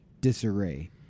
disarray